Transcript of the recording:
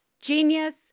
Genius